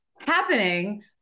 happening